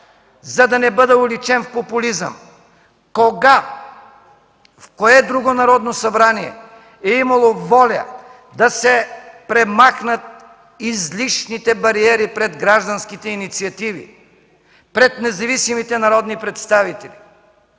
за да не бъда уличен в популизъм: кога, в кое друго Народно събрание е имало воля да се премахнат излишните бариери пред гражданските инициативи, пред независимите народни представители?